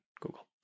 Google